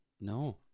No